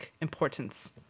importance